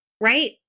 Right